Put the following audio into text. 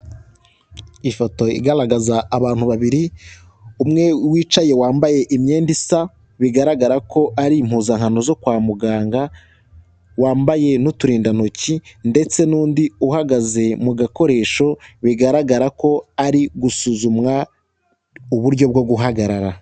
Ifoto igaragaza abantu babiri, umwe wicaye wambaye imyenda isa, bigaragara ko ari impuzankano zo kwa muganga, wambaye n'uturindantoki, ndetse n'undi uhagaze mu gakoresho bigaragara ko ari gusuzumwa uburyo bwo guhagarara.